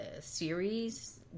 series